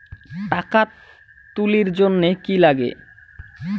টাকা তুলির জন্যে কি লাগে?